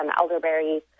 elderberries